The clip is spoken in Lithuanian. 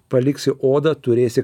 paliksi odą turėsi